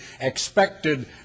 expected